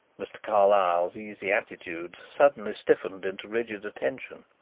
mr. carlyle's easy attitude suddenly stiffened into rigid attention.